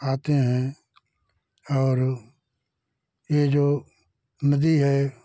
आते हैं और ये जो नदी है